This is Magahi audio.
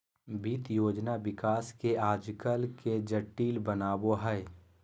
वित्त योजना विकास के आकलन के जटिल बनबो हइ